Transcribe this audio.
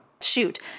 shoot